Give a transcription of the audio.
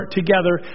together